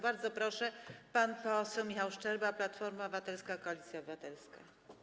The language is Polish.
Bardzo proszę, pan poseł Michał Szczerba, Platforma Obywatelska - Koalicja Obywatelska.